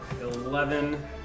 eleven